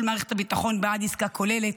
כל מערכת הביטחון בעד עסקה כוללת.